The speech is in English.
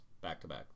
Back-to-back